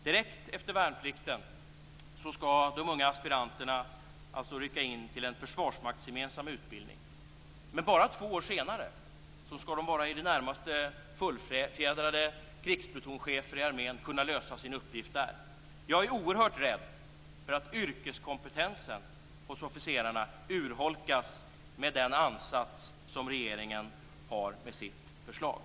Direkt efter värnplikten skall de unga aspiranterna rycka in till en försvarsmaktsgemensam utbildning. Men bara två år senare skall de vara i det närmaste fullfjädrade krigsplutonchefer i armén och kunna lösa sin uppgift där. Jag är oerhört rädd för att yrkeskompetensen hos officerarna urholkas med den ansats som regeringen har med sitt förslag.